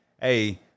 Hey